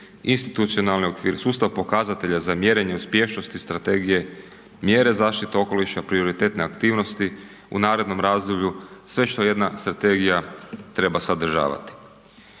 institucionalni okvir, sustav pokazatelja za mjerenje uspješnosti strategije, mjere zaštite okoliša, prioritetne aktivnosti u narednom razdoblju, sve što jedna strategija treba sadržavati.